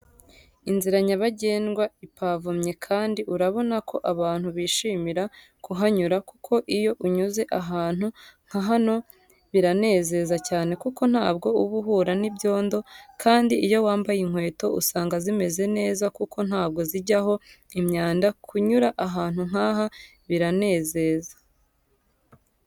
Inzira nyabagendwa ipavomye kandi urabona ko abantu bishimira kuhanyura, kuko iyo unyuze ahantu nka hano biranezeza cyane kuko ntabwo uba uhura n'ibyondo kandi iyo wambaye inkweto usanga zimeze neza kuko ntabwo zijyaho imyanda, kunyura ahantu nkaha biranezeza.